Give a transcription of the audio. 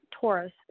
Taurus